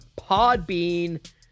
Podbean